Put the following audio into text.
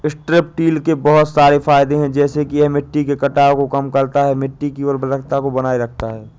strip till के बहुत सारे फायदे हैं जैसे कि यह मिट्टी के कटाव को कम करता है, मिट्टी की उर्वरता को बनाए रखता है